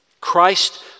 Christ